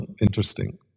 interesting